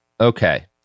Okay